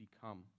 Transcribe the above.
become